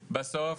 נראה שבסוף,